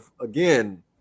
again